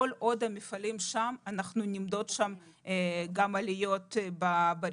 כל עוד המפעלים שם אנחנו נמדוד שם גם עליות בריכוזים.